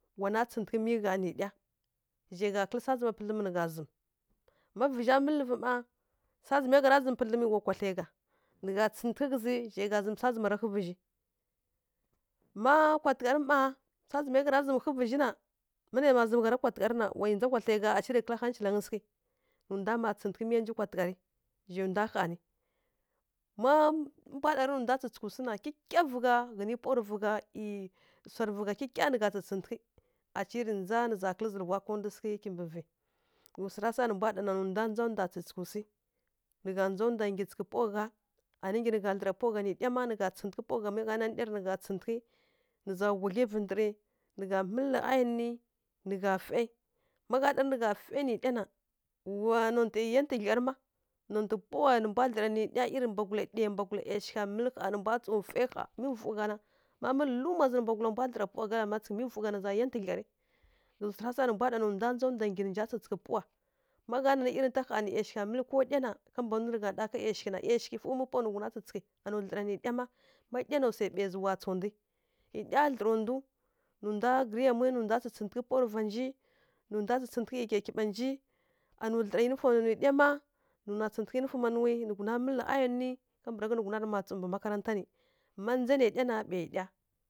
Wana tsǝtsǝghǝtǝgh mi gha nǝ ɗya zhai gha kǝlǝ swa zǝma pǝdlǝm nǝ gha zǝmǝ, ma vǝzha mǝlǝ vǝ mma sqa zǝmai gha ra zǝmǝ pǝdlǝ wa kwa thlai gha nǝ gha tsǝtsǝghǝtǝgh ghǝzǝ zhai gha zǝmǝ swa zǝma ra ghǝvǝzhi, ma kwa tǝgharǝ ma swa zǝmai gha ra zǝmǝ ghǝvǝzhi na ma nai mma zǝmǝ gha ra kwa tǝgharǝ wi ndza kwa thlai gha aci ma kǝlǝ haicilangǝ sǝghǝ, nǝ ndwa mma tsǝtsǝghǝtǝgh miya nji kwa tǝgharǝ zhai ndwa hanǝ. Má ndwa ɗarǝ nǝ nja tsǝtsǝghǝtǝgh swu na kyikya vǝ gha ghǝnǝ pawa rǝ vǝ gha ˈyi swarǝ vǝ gha kyikya nǝ gha tsǝtsǝghǝtǝghǝ aci rǝ ndza nǝ za kǝlǝ zǝlǝghwa ndu sǝghǝ kimbǝ vǝ, ghǝzǝ swara sa nǝ mbwa ɗana nǝ ndwa ndza ndwa ggyi tsǝtsǝghǝtǝghǝ swi nǝ gha ndza ndwa ngyyi tsǝtsǝghǝtǝghǝ pawa gha nǝ ndza nǝ ɗya ma, nǝ gha tsǝtsǝghǝtǝghǝ pawa gha ma gha nanǝ ɗya rǝ na nǝ gha tsǝtsǝghǝtǝghǝ. Nǝ za gudlyivǝ ndǝrǝ nǝ gha mǝlǝ ayon rǝ fai ma gha ɗarǝ nǝ gha fai nǝ ɗya na, wa nontǝ yá twudlyarǝ ma nontǝ pawa nǝ mbwa dlǝra nǝ ɗya irai mbwagula ɗyai ˈyashigha mǝlǝ ƙha nǝ mbwa tsǝw fai ƙha mi vǝw gha na wa mǝlǝluma wa mbwagula nbwa dlǝra pawa kalǝma tsǝtsǝghǝtǝghǝ ya tundlyarǝ ghǝzǝ swara sa nǝ mbwa ɗana nǝ ndwa ndza ndwa nggyi tsǝtsǝghǝtǝghǝ. Má gha nanǝ nǝ ˈyashigha mǝlǝko ɗya na ka mban miyi nǝ gha ɗa ka ˈyashighǝ, ˈyashighǝ fǝw mǝ pawa nu nǝ ghuna tsǝtsǝghǝtǝghǝ, anuwi dlǝra nǝ ɗya ma. Má ɗya na swai ɓai zǝ wa tsa ndwi. Ɗya dlǝra ndǝw nǝ ndwa gǝrǝ yamwi nǝ nja tsǝtsǝghǝtǝghǝ pawa rǝ va nji nǝ ndwa tsǝtsǝghǝtǝghǝ kyaikyiɓa nji, anuwi dlǝra yǝnifoma nǝw nǝ ɗya ma nǝ ghuna tsǝtsǝghǝtǝghǝ yǝnifoma nǝwi, nǝ ghuna mǝlǝ ayon rǝ kambǝragha nǝ nuwa ma tsǝw mbǝ makaranta nǝ, ma ndza nǝ ɗya na ɓai ɗya.